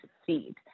succeed